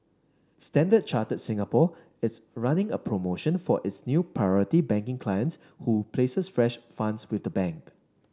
Standard Chartered Singapore is running a promotion for its new Priority Banking clients who places fresh funds with the bank